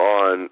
on